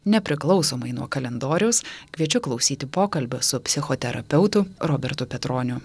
nepriklausomai nuo kalendoriaus kviečiu klausyti pokalbio su psichoterapeutu robertu petroniu